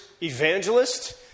evangelist